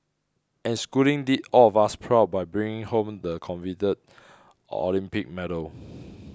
and schooling did all of us proud by bringing home the coveted Olympic medal